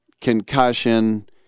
concussion